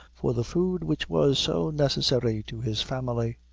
for the food which was so necessary to his family.